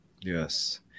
Yes